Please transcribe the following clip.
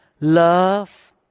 love